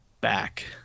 back